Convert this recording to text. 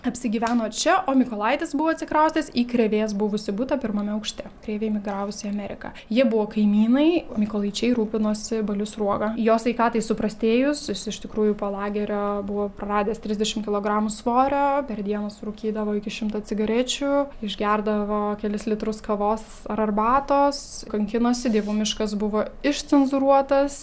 apsigyveno čia o mykolaitis buvo atsikraustęs į krėvės buvusį butą pirmame aukšte krėvei emigravusi į ameriką jie buvo kaimynai mykolaičiai rūpinosi baliu sruoga jo sveikatai suprastėjus jis iš tikrųjų po lagerio buvo praradęs trisdešim kilogramų svorio per dieną surūkydavo iki šimto cigarečių išgerdavo kelis litrus kavos ar arbatos kankinosi dievų miškas buvo išcenzūruotas